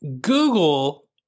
Google